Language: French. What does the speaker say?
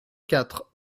quatre